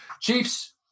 Chiefs